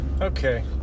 Okay